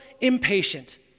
impatient